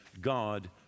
God